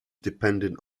dependent